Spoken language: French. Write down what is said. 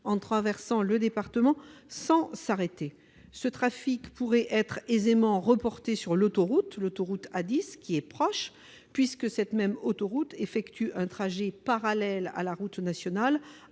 traversent le département sans s'arrêter. Ce trafic pourrait être aisément reporté sur l'autoroute A 10, qui est proche, puisqu'elle effectue un trajet parallèle à la route nationale